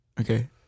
Okay